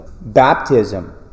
baptism